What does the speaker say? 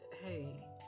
hey